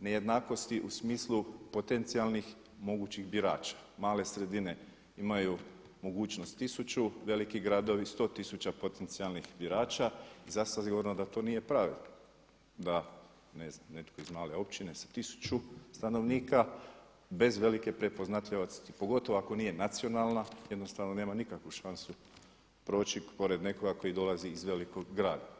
nejednakosti u smislu potencijalnih mogućih birača, male sredine imaju mogućnost tisuću, veliki gradovi 100 tisuća potencijalnih birača i zasigurno da to nije pravedno, da ne znam netko iz male općine sa tisuću stanovnika bez velike prepoznatljivosti, pogotovo ako nije nacionalna jednostavno nema nikakvu šansu proći pored nekoga tko dolazi iz velikog grada.